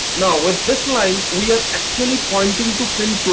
now with this line we are actually pointing to pin